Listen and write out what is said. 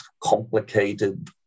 complicated